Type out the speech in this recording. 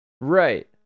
Right